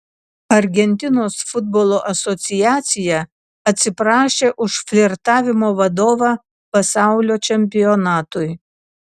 argentinos futbolo asociacija atsiprašė už flirtavimo vadovą pasaulio čempionatui